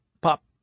pop